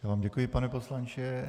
Já vám děkuji, pane poslanče.